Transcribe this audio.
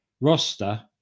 roster